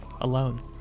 alone